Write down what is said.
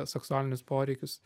seksualinius poreikius